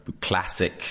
classic